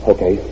Okay